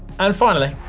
and finally,